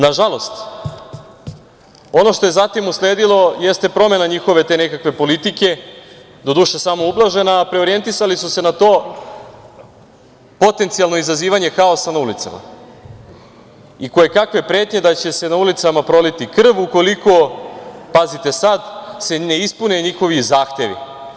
Nažalost, ono što je zatim usledilo, jeste promena te njihove nekakve politike, doduše samo ublažena, a preorijentisali su se na to potencijalno izazivanje haosa na ulicama i kojekakve pretnje da će se na ulicama proliti krv ukoliko se, pazite sad, ne ispune njihovi zahtevi.